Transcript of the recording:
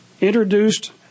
Introduced